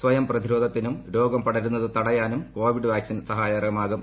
സ്വയം പ്രതിരോധത്തിനും രോഗം പടരുന്നത് തടയാനും കോവിഡ് വാക്സിൻ സഹായകരമാകും